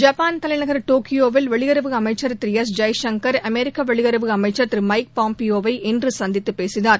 Japan தலைநகர் டோக்கியோவில் வெளியுறவு அமைச்சர் திரு எஸ் ஜெய்சங்கர் அமெரிக்க வெளியுறவு அமைச்சர் திரு மைக் பாம்பியோவை இன்று சந்தித்து பேசினார்